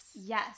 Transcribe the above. Yes